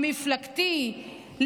המפלגתי,